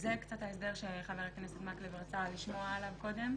שזה קצת ההסדר שחבר הכנסת מקלב רצה לשמוע עליו קודם.